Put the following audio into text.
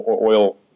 oil